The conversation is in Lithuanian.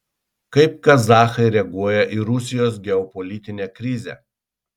kaip kazachai reaguoja į rusijos geopolitinę krizę